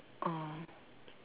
oh